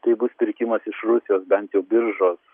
tai bus pirkimas iš rusijos bent jau biržos